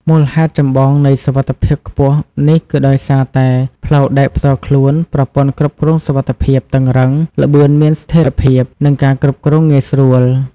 មូលហេតុចម្បងនៃសុវត្ថិភាពខ្ពស់នេះគឺដោយសារតែ ផ្លូវដែកផ្ទាល់ខ្លួន ប្រព័ន្ធគ្រប់គ្រងសុវត្ថិភាពតឹងរ៉ឹង ល្បឿនមានស្ថិរភាព និងការគ្រប់គ្រងងាយស្រួល។